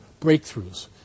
breakthroughs